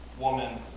woman